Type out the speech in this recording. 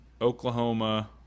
Oklahoma